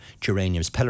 geraniums